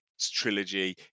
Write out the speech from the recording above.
trilogy